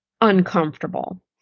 uncomfortable